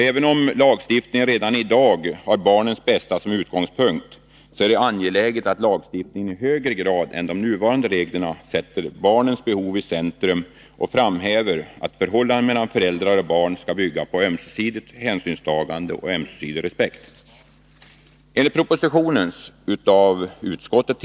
Även om lagstiftningen redan i dag har barnens bästa som utgångspunkt, är det angeläget att lagstiftningen i högre grad än de nuvarande reglerna sätter barnens behov i centrum och framhäver att förhållandet mellan föräldrar och barn skall bygga på ömsesidigt hänsynstagande och ömsesidig respekt.